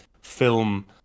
film